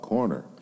Corner